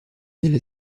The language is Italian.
delle